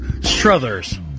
Struthers